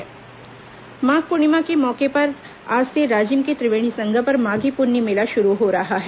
माघी पुन्नी मेला माघ पूर्णिमा के मौके पर आज से राजिम के त्रिवेणी संगम पर माधी पुन्नी मेला शुरू हो रहा है